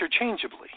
interchangeably